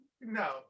No